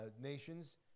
nations